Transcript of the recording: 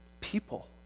people